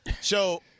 So-